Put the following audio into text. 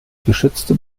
geschützte